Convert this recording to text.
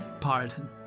pardon